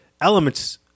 elements